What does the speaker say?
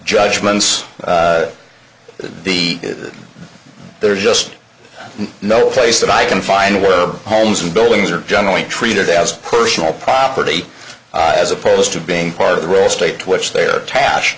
judgments the there's just no place that i can find where homes and buildings are generally treated as personal property as opposed to being part of the real estate which they are tash